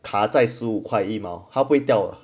你卡在十五块一毛他不会掉了